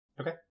Okay